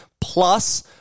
Plus